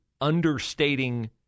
understating